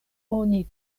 oni